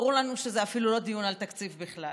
ברור לנו שזה אפילו לא דיון על תקציב בכלל.